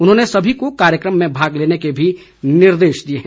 उन्होंने सभी को कार्यक्रम में भाग लेने के भी निर्देश दिए गए है